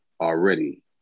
already